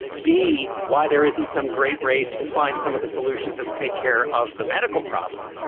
b why there isn't some great race to find some of the solutions that would take care of the medical problem.